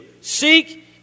Seek